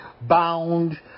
bound